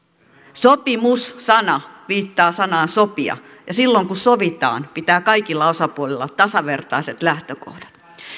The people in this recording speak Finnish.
sopimus sana viittaa sanaan sopia ja silloin kun sovitaan pitää kaikilla osapuolilla olla tasavertaiset lähtökohdat